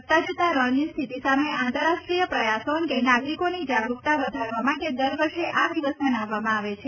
વધતા જતાં રણની સ્થિતિ સામે આંતરરાષ્ટ્રીય પ્રયાસો અંગે નાગરિકોની જાગરૂકતા વધારવા માટે દર વર્ષે આ દિવસ મનાવવામાં આવે છે